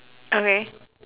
okay